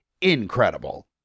incredible